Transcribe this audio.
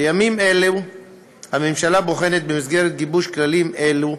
בימים אלו הממשלה בוחנת, במסגרת גיבוש כללים אלו,